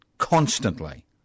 constantly